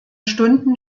stunden